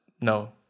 no